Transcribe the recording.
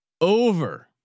Over